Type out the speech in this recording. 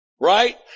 Right